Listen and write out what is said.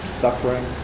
suffering